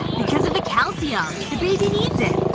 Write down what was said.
because of the calcium. the baby needs it